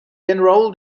enrolled